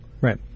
Right